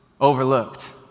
overlooked